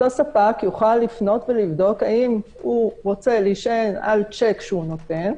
אותו ספק יוכל לפנות ולבדוק האם הוא רוצה להישען על שיק שהוא נותן,